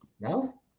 No